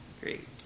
Great